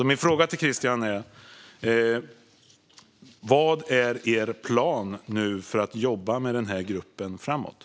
Min fråga till Christian är: Vad är er plan för att jobba med den här gruppen framöver?